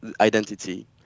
identity